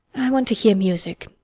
i want to hear music.